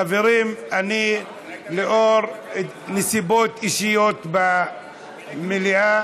חברים, לאור נסיבות אישיות במליאה,